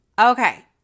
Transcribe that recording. Okay